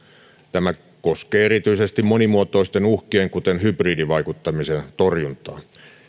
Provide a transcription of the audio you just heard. tämä koskee erityisesti monimuotoisten uhkien kuten hybridivaikuttamisen torjuntaa